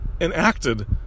enacted